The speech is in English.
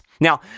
Now